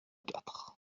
quatre